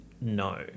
No